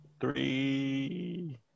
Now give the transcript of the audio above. Three